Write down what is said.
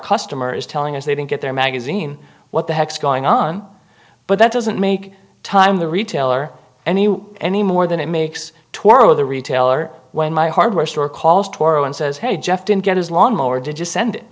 customer is telling us they didn't get their magazine what the heck's going on but that doesn't make time the retailer and you anymore than it makes toro the retailer when my hardware store calls toro and says hey jeff didn't get his lawnmower d